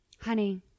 honey